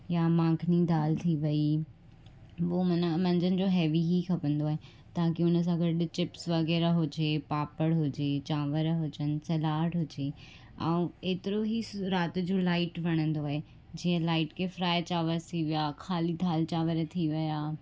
या मखानी दालि थी वेई उहो माना मंझंदि जो हैवी ही खपंदो आहे ताकी हुन सां गॾु चिप्स वग़ैरह हुजे पापड़ हुजे चांवर हुजनि सलाड हुजे ऐं एतिरो ही राति जो लाइट वणंदो आहे जीअं लाइट खे फ्राए चांवरसि थी विया ख़ाली दालि चांवर थी विया